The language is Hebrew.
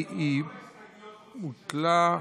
בוטלה.